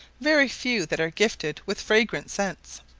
very few that are gifted with fragrant scents.